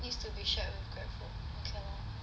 needs to be shared with Grabfood okay lor